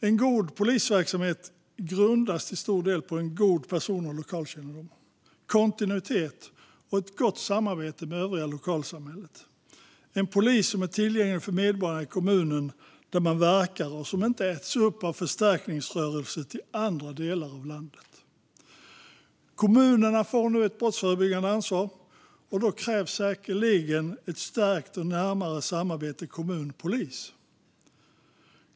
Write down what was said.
En bra polisverksamhet grundas till stor del på god person och lokalkännedom, kontinuitet och ett gott samarbete med övriga lokalsamhället. Det är fråga om en polis som är tillgänglig för medborgarna i kommunen där man verkar och som inte äts upp av förstärkningsrörelser till andra delar av landet. Kommunerna får nu ett brottsförebyggande ansvar, och då krävs säkerligen ett stärkt och närmare samarbete kommun-polis.